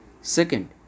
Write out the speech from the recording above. second